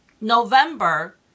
November